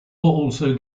also